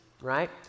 right